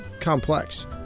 complex